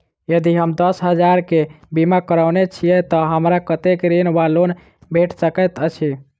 यदि हम दस हजार केँ बीमा करौने छीयै तऽ हमरा कत्तेक ऋण वा लोन भेट सकैत अछि?